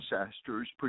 ancestors